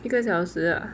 一个小时 ah